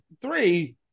three